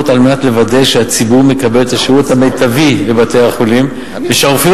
על מנת לוודא שהציבור מקבל את השירות המיטבי בבתי-החולים ושהרופאים